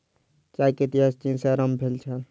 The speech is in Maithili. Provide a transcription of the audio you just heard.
चाय के इतिहास चीन सॅ आरम्भ भेल छल